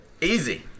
Easy